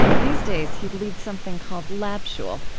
these days, he leads something called lab shul,